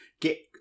get